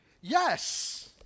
Yes